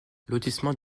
lotissement